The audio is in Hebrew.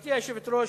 גברתי היושבת-ראש,